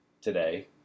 today